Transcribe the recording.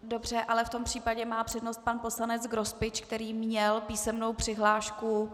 Dobře, ale v tom případě má přednost pan poslanec Grospič, který měl písemnou přihlášku.